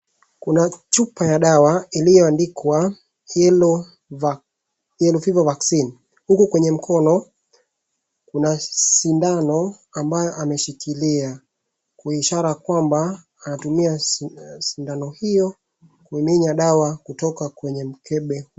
Kuna chupa ya dawa ilioandikwa yellow fever vaccine . Huku kwenye mkono kuna sindano ambayo ameshikilia kwa ishara kwamba anatumia sindano huyo kuiminya dawa kutoka kwenye mkembe.